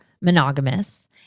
monogamous